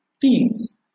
teams